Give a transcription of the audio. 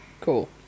cool